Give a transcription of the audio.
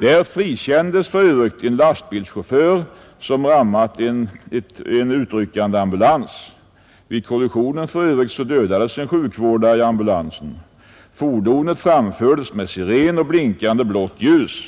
Där frikändes en lastbilschaufför som rammat en utryckande ambulans. Vid kollisionen dödades en sjukvårdare i ambulansen. Fordonet framfördes med siren och blinkande blått ljus.